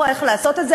איך לעשות את זה,